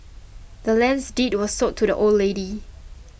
the land's deed was sold to the old lady